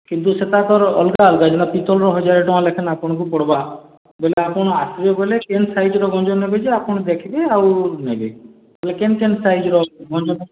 କିନ୍ତୁ ସେଟା ତା'ର୍ ଅଲ୍ଗା ଅଲ୍ଗା ଯେନ୍ତା ପିତଲ୍ ର ହଜାରେ ଟଙ୍କା ଲେଖାଁ ଆପଣ୍ଙ୍କୁ ପଡ଼୍ବା ବେଲେ ଆପଣ୍ ଆସ୍ବେ ବେଲେ କେନ୍ ସାଇଜ୍ ର ଗଞ୍ଜ ନେବେ ଯେ ଆପଣ୍ ଦେଖ୍ବେ ଆଉ ନେବେ ନିହେଲେ କେନ୍ କେନ୍ ସାଇଜ୍ ର ଗଞ୍ଜ